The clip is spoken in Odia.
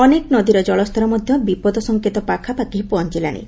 ଅନେକ ନଦୀର ଜଳସ୍ତର ମଧ ବିପଦ ସଙ୍କେତ ପାଖାପାଖ୍ ପହଞ୍ଞଲାଶି